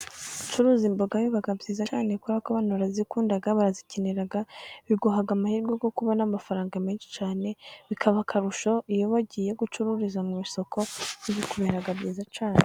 Gucuruza imboga biba byiza cyane kubera ko abantu barazikunda, barazikenera, biguha amahirwe yo kubona amafaranga menshi cyane, bikaba akarusho iyo wagiye gucururiza mu isoko bikubera byiza cyane.